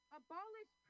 abolish